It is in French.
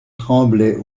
tremblaient